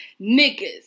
Niggas